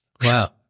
wow